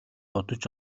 бодож